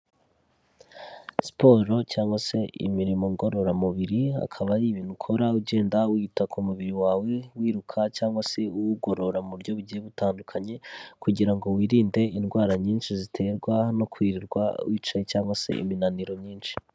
Siporo cyangwa se imirimo ngororamubiri, akaba ari ibintu ukora ugenda wita ku mubiri wawe, wiruka cyangwa se uwugorora mu buryo bugiye butandukanye, kugira ngo wirinde indwara nyinshi ziterwa no kwirirwa wicaye cyangwa se iminaniro myinshi.